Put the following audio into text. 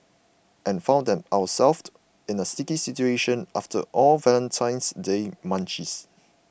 and found ourselves in a sticky situation after all the Valentine's Day munchies